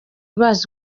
bazi